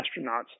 astronauts